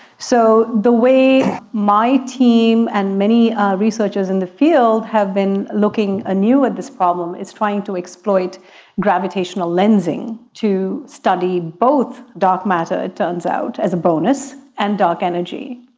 so the way my team and many researchers in the field have been looking anew at this problem is trying to exploit gravitational lensing to study both dark matter, it turns out, as a bonus, and dark energy.